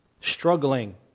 Struggling